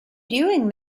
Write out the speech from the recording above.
doing